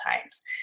times